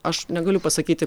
aš negaliu pasakyti